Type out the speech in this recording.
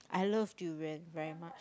I love durian very much